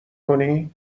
کنی